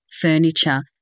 furniture